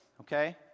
okay